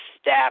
step